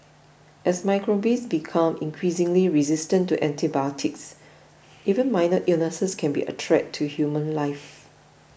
as microbes become increasingly resistant to antibiotics even minor illnesses can be a threat to human life